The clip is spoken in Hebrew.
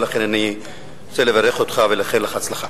ולכן אני רוצה לברך אותך ולאחל לך הצלחה.